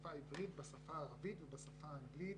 בשפה העברית, בשפה הערבית ובשפה האנגלית